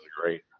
great